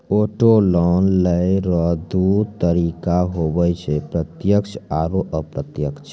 auto loan लेय रो दू तरीका हुवै छै प्रत्यक्ष आरू अप्रत्यक्ष